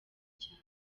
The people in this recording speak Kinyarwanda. cyane